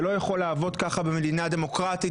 זה לא יכול לעבוד ככה במדינה דמוקרטית,